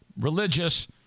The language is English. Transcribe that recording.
religious